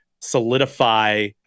solidify